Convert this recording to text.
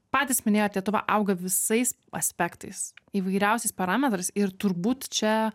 patys minėjot lietuva auga visais aspektais įvairiausiais parametrais ir turbūt čia